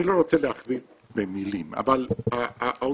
אני לא רוצה להכביר במילים, אבל האוטובוסים